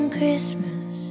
Christmas